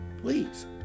please